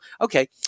Okay